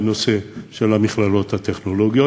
בנושא של המכללות הטכנולוגיות,